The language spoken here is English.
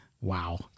Wow